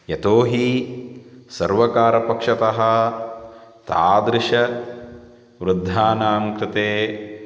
यतोहि सर्वकारपक्षतः तादृश वृद्धानां कृते